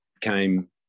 came